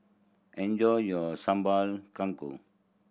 enjoy your Sambal Kangkong